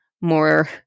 more